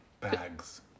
Bags